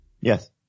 Yes